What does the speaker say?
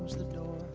the door